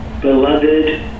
beloved